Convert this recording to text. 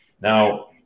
Now